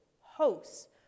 hosts